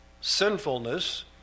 sinfulness